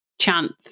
chance